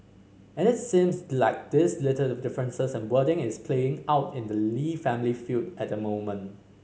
and it seems like these little differences in wording is playing out in the Lee family feud at the moment